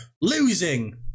losing